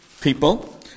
people